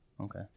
Okay